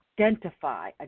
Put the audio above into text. identify